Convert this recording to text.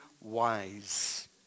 wise